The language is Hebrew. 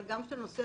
גם כשאתה נוסע